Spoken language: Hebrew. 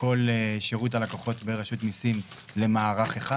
כל שירות הלקוחות ברשות המיסים למערך אחד.